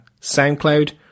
SoundCloud